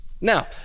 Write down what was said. Now